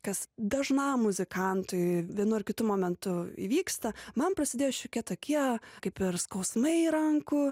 kas dažnam muzikantui vienu ar kitu momentu įvyksta man prasidėjo šiokie tokie kaip ir skausmai rankų